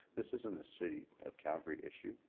this isn't a city of calgary issue.